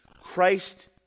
Christ